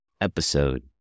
episode